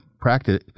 practice